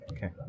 Okay